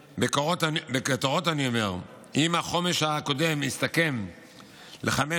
ובכותרת אני אומר: אם החומש הקודם הסתכם בחמש